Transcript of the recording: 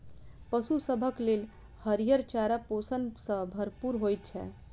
पशु सभक लेल हरियर चारा पोषण सॅ भरपूर होइत छै